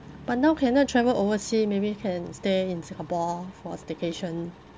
but now cannot travel oversea maybe can stay in Singapore for staycation